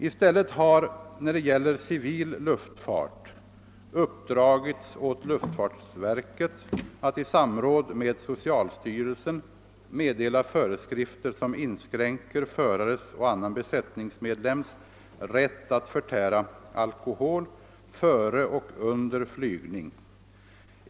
I stället har, när det gäller civil luftfart, uppdragits ål luftfartsverket att i samråd med social: styrelsen meddela föreskrifter som in skränker förares och annan besättningsmedlems rätt att förtära alkohol före och under flygning.